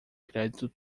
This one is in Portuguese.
crédito